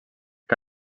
que